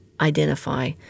identify